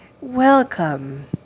Welcome